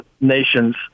nations